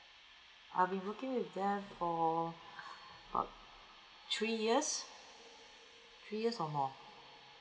I'll be booking with them for about three years three years or more